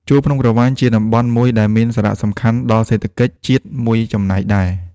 ជួរភ្នំក្រវាញ ជាតំបន់មួយដែលមានសារសំខាន់ដល់សេដ្ឋកិច្ច ជាតិមួយចំណែកដែរ ។